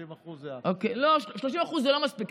30%, זה, אוקיי, אבל לא, 30% זה לא מספיק.